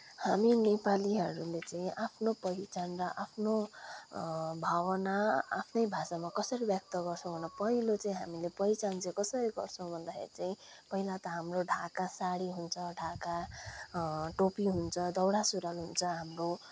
हामी नेपालीहरूले चाहिँ आफ्नो पहिचान र आफ्नो भावना आफ्नै भाषामा कसरी व्यक्त गर्छौँ भन्दापहिलो चाहिँ हामीले पहिचान चाहिँ कसरी गर्छौँ भन्दाखेरि चाहिँ पहिला त हाम्रो ढाका सारी हुन्छ ढाका टोपी हुन्छ दौरा सुरूवाल हुन्छ हाम्रो